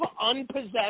unpossessed